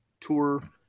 tour